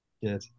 Yes